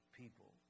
people